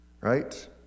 Right